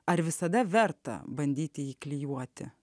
ar visada verta bandyti jį klijuoti